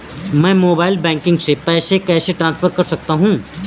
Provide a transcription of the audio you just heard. मैं mobile banking से पैसे कैसे ट्रांसफर कर सकता हूं?